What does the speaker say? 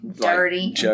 dirty